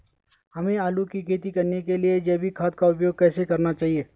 हमें आलू की खेती करने के लिए जैविक खाद का उपयोग कैसे करना चाहिए?